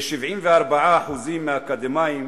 כ-74% מהאקדמאים